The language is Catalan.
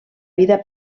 vida